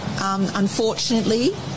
unfortunately